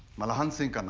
malhan singh